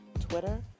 Twitter